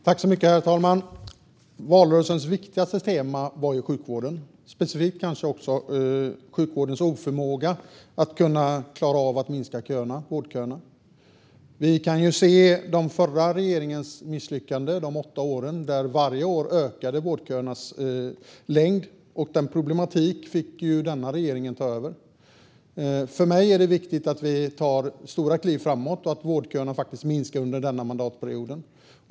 Herr talman! Valrörelsens viktigaste tema var sjukvården, specifikt sjukvårdens oförmåga att klara av att minska vårdköerna. Vi kan se den förra regeringens misslyckande. Under de åtta åren ökade vårdköernas längd varje år, och den problematiken fick denna regering ta över. För mig är det viktigt att vi tar stora kliv framåt och att vårdköerna faktiskt minskar under denna mandatperiod.